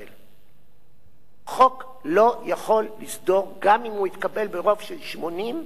חוק לא יכול לסתור גם אם הוא התקבל ברוב של 80. אם הוא לא חוק-יסוד,